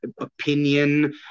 opinion